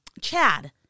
Chad